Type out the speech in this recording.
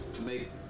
make